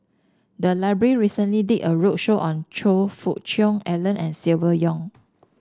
the library recently did a roadshow on Choe Fook Cheong Alan and Silvia Yong